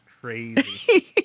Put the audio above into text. crazy